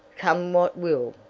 come what will.